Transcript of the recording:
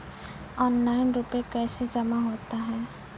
Online रुपये कैसे जमा होता हैं?